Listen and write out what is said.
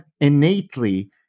innately